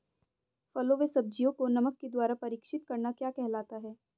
फलों व सब्जियों को नमक के द्वारा परीक्षित करना क्या कहलाता है?